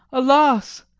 alas!